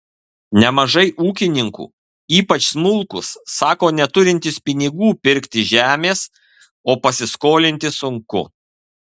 nemažai ūkininkų ypač smulkūs sako neturintys pinigų pirkti žemės o pasiskolinti sunku